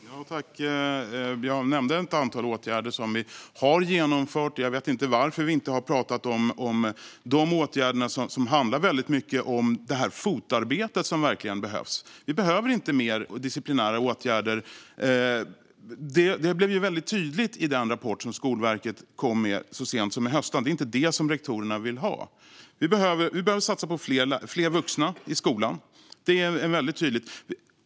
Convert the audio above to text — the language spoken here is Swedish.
Herr talman! Jag nämnde ett antal åtgärder som vi har vidtagit. Jag vet inte varför vi inte har talat om dessa åtgärder. De handlar väldigt mycket om det fotarbete som verkligen behövs. Vi behöver inte fler disciplinära åtgärder. Det var väldigt tydligt i den rapport som Skolverket kom med så sent som i höstas. Det är inte detta rektorerna vill ha. Vi behöver satsa på fler vuxna i skolan. Det är väldigt tydligt.